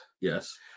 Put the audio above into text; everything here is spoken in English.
Yes